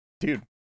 Dude